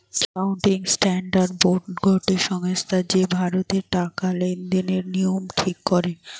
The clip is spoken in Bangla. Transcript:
একাউন্টিং স্ট্যান্ডার্ড বোর্ড গটে সংস্থা যে ভারতের টাকা লেনদেনের নিয়ম ঠিক করে